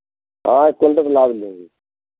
हाँ एक क्विंटल लाद लेंगे